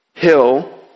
Hill